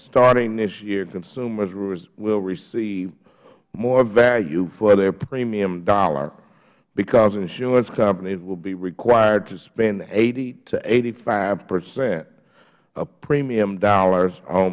starting this year consumers will receive more value for their premium dollar because insurance companies will be required to spend eighty to eighty five percent of premium dollars o